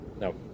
No